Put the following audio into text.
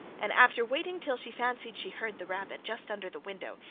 and, after waiting till she fancied she heard the rabbit just under the window,